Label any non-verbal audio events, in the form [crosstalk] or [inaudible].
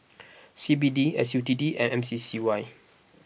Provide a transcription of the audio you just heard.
[noise] C B D S U T D and M C C Y